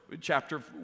chapter